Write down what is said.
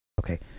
Okay